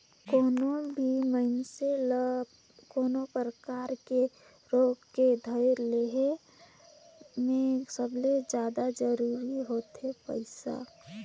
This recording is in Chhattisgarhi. कोनो भी मइनसे ल कोनो भी परकार के रोग के धराए ले हे में सबले जादा जरूरी होथे पइसा